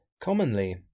Commonly